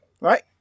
right